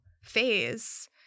phase